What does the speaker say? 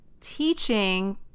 teaching